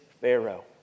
Pharaoh